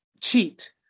cheat